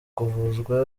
kuvuzwa